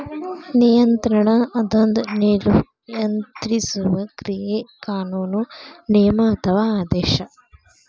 ನಿಯಂತ್ರಣ ಅದೊಂದ ನಿಯಂತ್ರಿಸುವ ಕ್ರಿಯೆ ಕಾನೂನು ನಿಯಮ ಅಥವಾ ಆದೇಶ